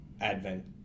advent